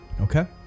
Okay